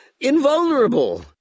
invulnerable